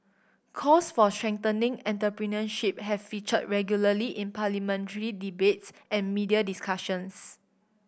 calls for strengthening entrepreneurship have featured regularly in parliamentary debates and media discussions